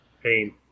pain